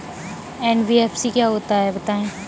NBFC क्या होता है बताएँ?